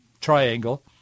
triangle